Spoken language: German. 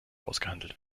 ausgehandelt